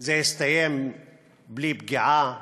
שזה הסתיים בלי פגיעה בנפש,